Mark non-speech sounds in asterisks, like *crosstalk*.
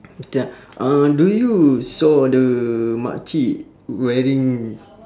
*noise* uh do you saw the makcik wearing